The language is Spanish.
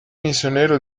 misionero